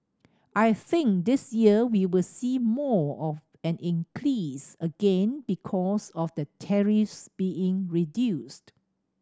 I think this year we'll see more of an increase again because of the tariffs being reduced